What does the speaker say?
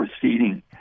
proceeding